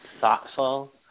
thoughtful